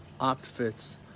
outfits